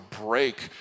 break